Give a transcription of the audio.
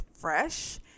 fresh